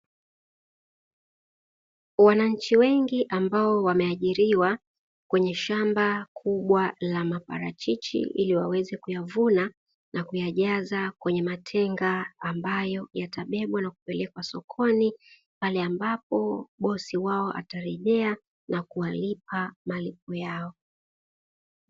Wananchi wengi ambao wameajiriwa kwenye shamba kubwa la maparachichi ili waweze kuyavuna na kuyajaza kwenye matenga ambayo yatabebwa na kupelekwa sokoni pale ambapo bosi wao atarejea na kuwalipa malipo yao